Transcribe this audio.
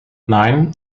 nein